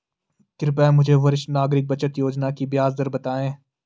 कृपया मुझे वरिष्ठ नागरिक बचत योजना की ब्याज दर बताएँ